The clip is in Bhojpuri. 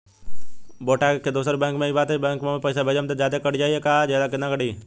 बेटा के खाता दोसर बैंक में बा त ए बैंक से ओमे पैसा भेजम त जादे कट जायी का त केतना जादे कटी?